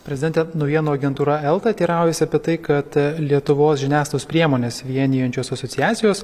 prezidente naujienų agentūra elta teiraujasi apie tai kad lietuvos žiniasklaidos priemones vienijančios asociacijos